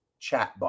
chatbot